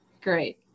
Great